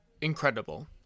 incredible